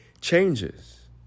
changes